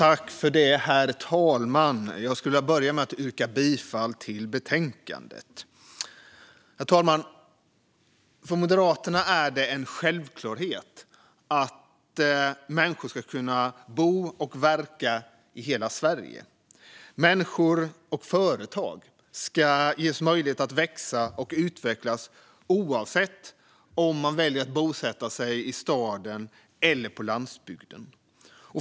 Herr talman! Jag vill börja med att yrka bifall till förslaget i betänkandet. För Moderaterna är det en självklarhet att människor ska kunna bo och verka i hela Sverige. Människor och företag ska ges möjlighet att växa och utvecklas oavsett om man väljer att bosätta sig i staden eller på landsbygden.